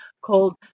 called